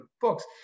books